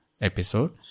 episode